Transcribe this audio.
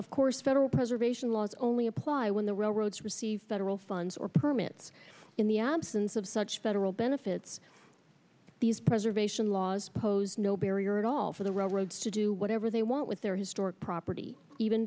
of course federal preservation laws only apply when the railroads receive federal funds or permits in the absence of such federal benefits these preservation laws pose no barrier at all for the railroads to do whatever they want with their historic property even